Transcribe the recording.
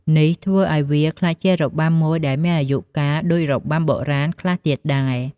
នេះធ្វើឱ្យវាក្លាយជារបាំមួយដែលមានអាយុកាលដូចរបាំបុរាណខ្លះទៀតដែល។